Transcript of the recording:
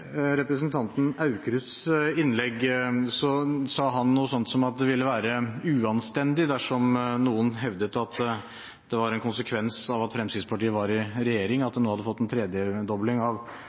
representanten Aukrusts innlegg, sa han noe sånt som at det ville være uanstendig dersom noen hevdet at det var en konsekvens av at Fremskrittspartiet var i regjering, at en nå hadde fått en tredobling av